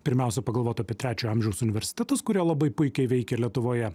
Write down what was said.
pirmiausia pagalvot apie trečio amžiaus universitetus kurie labai puikiai veikia lietuvoje